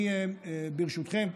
ברשותכם,